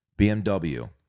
BMW